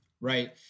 Right